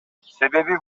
себеби